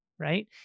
right